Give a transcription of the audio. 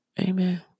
Amen